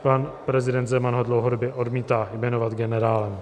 Pan prezident Zeman ho dlouhodobě odmítá jmenovat generálem.